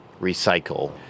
recycle